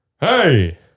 hey